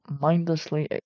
mindlessly